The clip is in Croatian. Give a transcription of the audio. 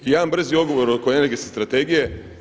I jedan brzi odgovor oko Energetske strategije.